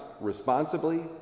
responsibly